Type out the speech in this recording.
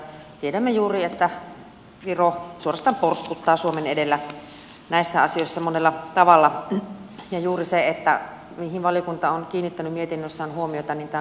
tiedämme että viro suorastaan porskuttaa suomen edellä näissä asioissa monella tavalla ja juuri se mihin valiokunta on kiinnittänyt mietinnössään huomiota on tämä kokonaisarkkitehtuuri